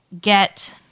get